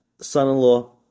son-in-law